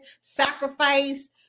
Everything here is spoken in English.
sacrifice